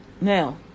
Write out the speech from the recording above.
Now